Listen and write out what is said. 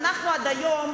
עד היום,